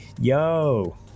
yo